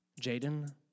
Jaden